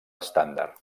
estàndard